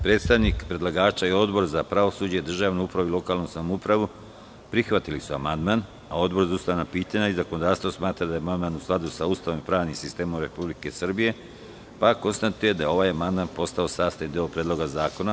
Predstavnik predlagača i Odbor za pravosuđe, državnu upravu i lokalnu samoupravu prihvatili su amandman, a Odbor za ustavna pitanja i zakonodavstvo smatra da je amandman u skladu sa Ustavom i pravnim sistemom Republike Srbije, pa konstatujem da je ovaj amandman postao sastavni deo Predloga zakona.